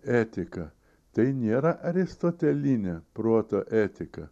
etika tai nėra aristotelinė proto etika